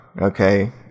okay